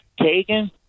Kagan